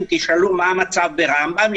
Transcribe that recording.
אם תשאלו מה המצב ברמב"ם,